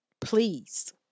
please